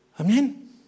Amen